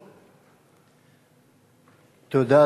תודה.